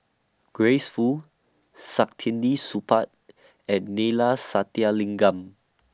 Grace Fu Saktiandi Supaat and Neila Sathyalingam